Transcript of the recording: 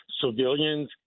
civilians